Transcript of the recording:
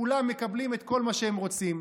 כולם מקבלים את כל מה שהם רוצים.